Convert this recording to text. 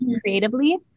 creatively